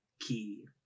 key